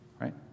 right